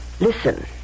Listen